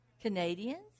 Canadians